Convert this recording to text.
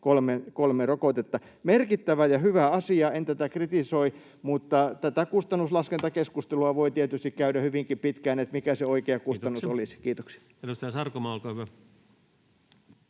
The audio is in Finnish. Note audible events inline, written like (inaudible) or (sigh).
kolme rokotetta. Merkittävä ja hyvä asia, en tätä kritisoi, mutta tätä kustannuslaskentakeskustelua (noise) voi tietysti käydä hyvinkin pitkään siitä, mikä se oikea kustannus olisi. — Kiitoksia. Kiitoksia. — Edustaja Sarkomaa, olkaa hyvä.